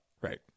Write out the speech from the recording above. Right